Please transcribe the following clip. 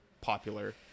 popular